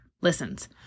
listens